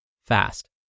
fast